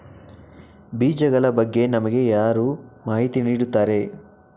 ಬೀಜಗಳ ಬಗ್ಗೆ ನಮಗೆ ಯಾರು ಮಾಹಿತಿ ನೀಡುತ್ತಾರೆ?